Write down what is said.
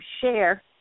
share